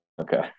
Okay